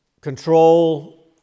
control